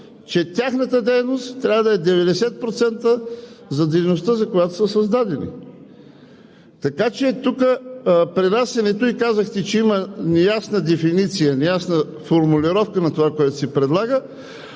че тяхната дейност трябва да е 90% за дейността, за която са създадени. Вие казахте, че тук има неясна дефиниция, неясна формулировка на това, което се предлага.